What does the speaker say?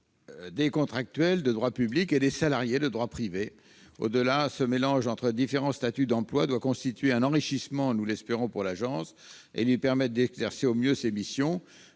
des contractuels de droit public et des salariés de droit privé. Au-delà, ce mélange entre différents statuts d'emploi doit constituer un enrichissement pour l'agence et lui permettre d'exercer au mieux ses missions.